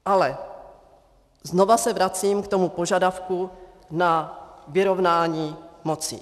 Ale znovu se vracím k tomu požadavku na vyrovnání moci.